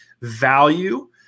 value